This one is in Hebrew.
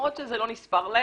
למרות שזה לא נספר להם,